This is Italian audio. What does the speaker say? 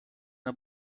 una